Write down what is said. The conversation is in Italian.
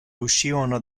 uscivano